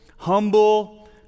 humble